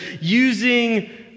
using